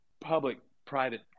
public-private